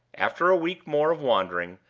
after a week more of wandering,